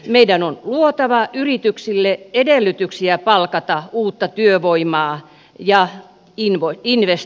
meidän on luotava yrityksille edellytyksiä palkata uutta työvoimaa ja investoida